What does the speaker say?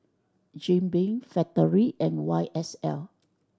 Jim Beam Factorie and Y S L